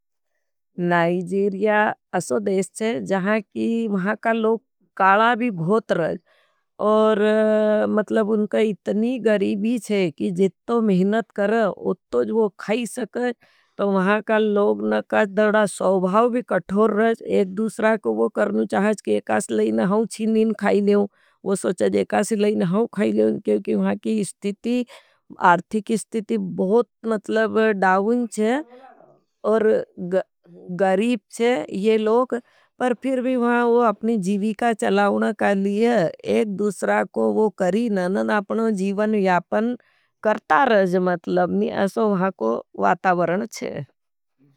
नाइजीरिया असो देश चे, जहांकि महाका लोग काला भी भोत रहे हैं। और मतलब उनका इतनी गरीबी चे, कि जित्तो महिनत करें उत्तो जी वो खाई सकें। तो महाका लोगन का दर्डा सवभाव भी कठोर रहें। एक दूसरा को वो करना चाहते हैं, कि एक आस लेना हूँ ची निन खाई लें। वो सोचते हैं, कि एक आस लेना हूँ खाई लें। क्योंकि महाकी इस्तिती, आर्थिक इस्तिती बहुत मतलब डाउन चे। आर्थिक इस्तिती, आर्थिक इस्तिती बहुत मतलब डाउन चे। और ग़रीब छे ये लोग। पर फिर भी वो अपनी जीविका चलौना के लिए एक दूसरा को वो कड़ी ना ना। अपना जीवन यापन करता रहेज मतलब नी ऐसो वहाँ को वातावरण छे।